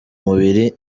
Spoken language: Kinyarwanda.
mubiri